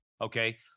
Okay